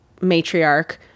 matriarch